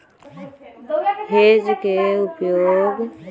hedge के मुख्य उपयोग फ्यूचर एक्सचेंज, फॉरवर्ड मार्केट आउरो सब में कएल जाइ छइ